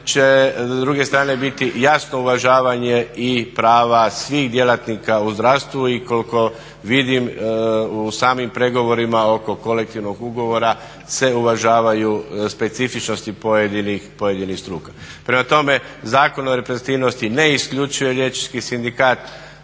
će s druge strane biti jasno uvažavanje i prava svih djelatnika u zdravstvu. I koliko vidim, u samim pregovorima oko kolektivnog ugovora se uvažavaju specifičnosti pojedinih struka. Prema tome, Zakon o reprezentativnosti ne isključuje Liječnički sindikat.